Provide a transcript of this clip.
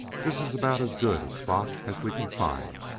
this is about as good a spot as we can find.